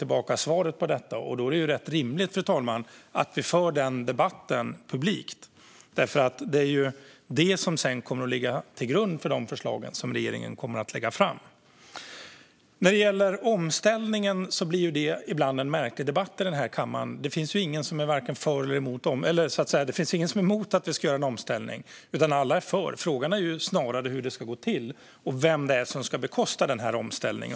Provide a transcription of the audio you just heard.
Nu har svaret kommit, och då är det rimligt att vi för denna debatt publikt eftersom detta kommer att ligga till grund för de förslag som regeringen kommer att lägga fram. När det gäller omställningen blir debatten i kammaren ibland märklig. Ingen är ju emot att vi ska göra en omställning, utan alla är för. Frågan är snarare hur det ska gå till och vem det är som ska bekosta denna omställning.